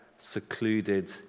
secluded